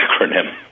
acronym